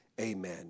amen